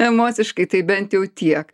emociškai tai bent jau tiek